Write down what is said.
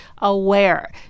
aware